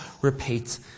repeat